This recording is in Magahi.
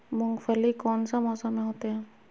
मूंगफली कौन सा मौसम में होते हैं?